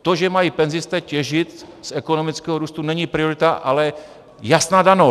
To, že mají penzisté těžit z ekonomického růstu, není priorita, ale jasná danost.